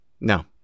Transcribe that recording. No